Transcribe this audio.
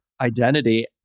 identity